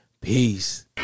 peace